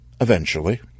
Eventually